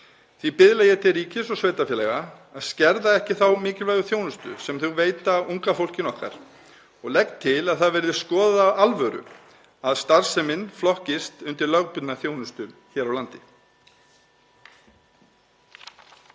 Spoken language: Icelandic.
Ég biðla því til ríkis og sveitarfélaga að skerða ekki þá mikilvægu þjónustu sem þau veita unga fólkinu okkar. Ég legg til að það verði skoðað af alvöru að starfsemin flokkist undir lögbundna þjónustu hér á landi.